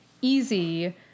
easy